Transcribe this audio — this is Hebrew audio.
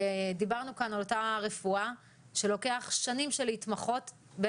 דיברנו כאן על אותה רפואה שלוקח שנים להתמחות בה.